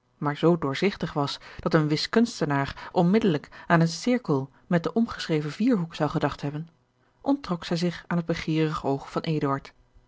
maar zoo doorzigtig was dat een wiskunstenaar onmiddellijk aan een cirkel met den omgeschreven vierhoek zou gedacht hebben onttrok zij zich aan het begeerig oog van